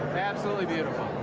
absolutely beautiful,